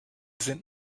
sind